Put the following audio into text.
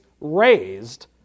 raised